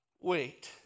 Wait